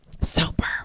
super